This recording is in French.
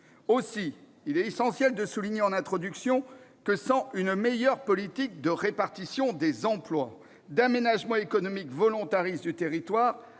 Aussi, il est essentiel de souligner en introduction que, sans une politique de meilleure répartition des emplois, d'aménagement économique volontariste du territoire,